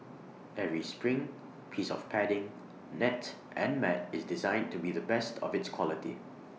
every spring piece of padding net and mat is designed to be the best of its quality